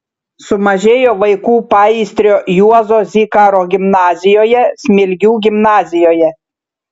sumažėjo vaikų paįstrio juozo zikaro gimnazijoje smilgių gimnazijoje